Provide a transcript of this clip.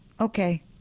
Okay